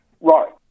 Right